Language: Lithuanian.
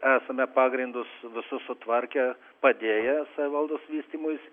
esame pagrindus visus sutvarkę padėję savivaldos vystymuisi